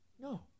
No